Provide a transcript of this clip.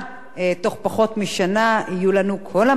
בתוך פחות משנה יהיו לנו כל המרכזים,